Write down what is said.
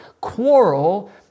quarrel